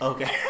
Okay